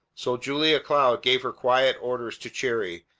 so julia cloud gave her quiet orders to cherry,